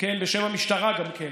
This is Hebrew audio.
בשם המשטרה גם כן,